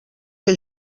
que